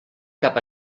cap